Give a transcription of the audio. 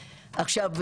עכשיו,